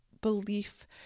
belief